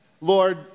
Lord